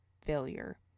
failure